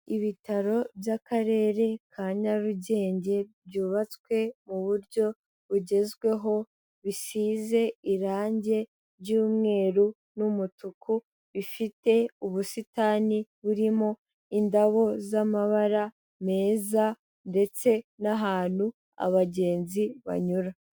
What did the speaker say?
Ibitaro by'Akarere ka Nyarugenge byubatswe mu buryo bugezweho, bisize irangi ry'umweru n'umutuku, bifite ubusitani burimo indabo z'amabara meza ndetse n'ahantu abagenzi banyura.